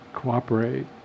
cooperate